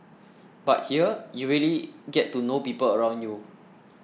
but here you really get to know people around you